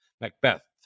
Macbeth